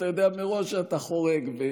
אתה יודע מראש שאתה חורג.